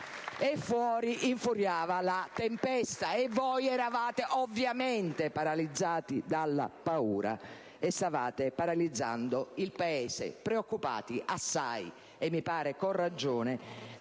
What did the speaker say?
Fuori infuriava la tempesta e voi eravate, ovviamente, paralizzati dalla paura e stavate paralizzando il Paese, preoccupati assai - e mi pare con ragione